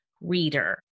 reader